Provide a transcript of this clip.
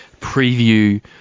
preview